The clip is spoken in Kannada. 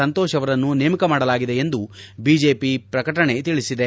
ಸಂತೋಷ್ ಅವರನ್ನು ನೇಮಕ ಮಾಡಲಾಗಿದೆ ಎಂದು ಬಿಜೆಪಿ ಪ್ರಕಟಣೆ ತಿಳಿಸಿದೆ